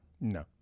No